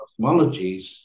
cosmologies